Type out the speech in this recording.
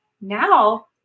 now